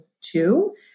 two